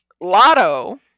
Lotto